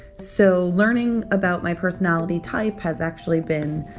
so learning about my personality type has actually been,